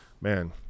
man